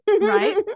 Right